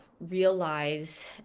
realize